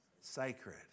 sacred